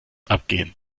abgehen